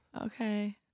okay